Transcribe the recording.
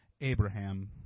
Abraham